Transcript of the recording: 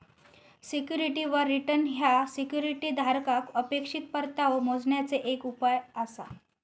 सिक्युरिटीवर रिटर्न ह्या सिक्युरिटी धारकाक अपेक्षित परतावो मोजण्याचे एक उपाय आसा